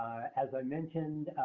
as i mentioned,